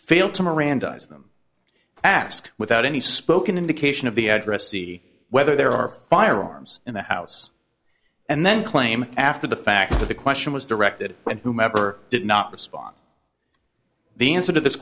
to mirandize them ask without any spoken indication of the addressee whether there are firearms in the house and then claim after the fact that the question was directed at whomever did not respond the answer to this